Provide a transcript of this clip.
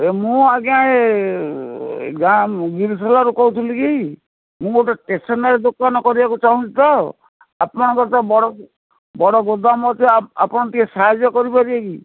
ଏ ମୁଁ ଆଜ୍ଞା ଏ ଗାଁ ଗିରିସଲାରୁ କହୁଥିଲ କି ମୁଁ ଗୋଟେ ଷ୍ଟେସନାରୀ ଦୋକାନ କରିବାକୁ ଚାହୁଁଛି ତ ଆପଣଙ୍କର ତ ବଡ଼ ବଡ଼ ଗୋଦାମ ଅଛି ଆପଣ ଟିକେ ସାହାଯ୍ୟ କରିପାରିବେ କି